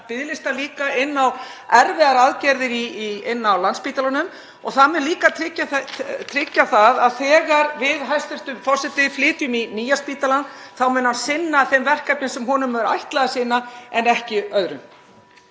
biðlista líka eftir erfiðum aðgerðum á Landspítala og það mun líka tryggja að þegar við, hæstv. forseti, flytjum í nýja spítalann mun hann sinna þeim verkefnum sem honum er ætlað að sinna en ekki öðrum.